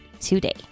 today